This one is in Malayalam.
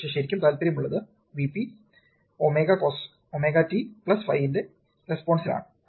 പക്ഷേ ശരിക്കും താൽപ്പര്യമുള്ളത് Vp×ωcosωt5 ന്റെ റെസ്പോൺസിൽ ആണ്